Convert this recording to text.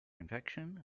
infection